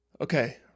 okay